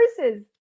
verses